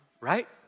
Right